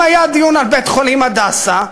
אם היה דיון על בית-חולים "הדסה",